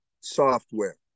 software